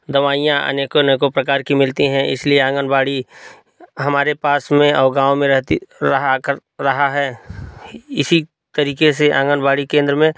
दवाइयाँ अनेकों अनेकों प्रकार कि मिलती हैं इसलिए आंगनबाड़ी हमारे पास में और गाँव में रहती रहा कर रहा है इसी तरीके से आंगनबाड़ी केंद्र में